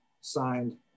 signed